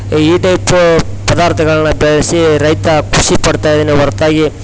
ಈ ಟೈಪು ಪದಾರ್ಥಗಳನ್ನ ಬೆಳೆಸಿ ರೈತ ಖುಷಿ ಪಡ್ತಾ ಇದ್ದಾನೆ ಹೊರತಾಗಿ